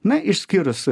na išskyrus